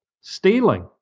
stealing